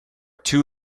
two